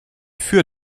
für